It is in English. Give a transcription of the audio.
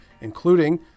including